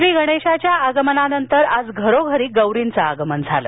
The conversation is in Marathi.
श्रीगणेशाच्या आगमनानंतर आज घरोघरी गौरींचं आगमन झालं